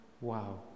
Wow